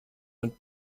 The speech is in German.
mit